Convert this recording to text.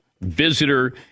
visitor